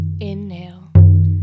inhale